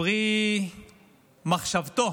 פרי מחשבתו